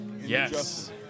Yes